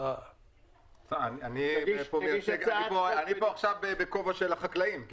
אני פה עכשיו בכובע של החקלאים.